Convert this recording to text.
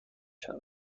شود